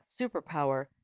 superpower